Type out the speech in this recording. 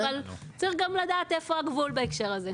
אבל צריך גם לדעת איפה עובר הגבול בהקשר הזה.